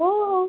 हो